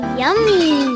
yummy